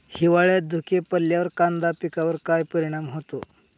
हिवाळ्यात धुके पडल्यावर कांदा पिकावर काय परिणाम होतो?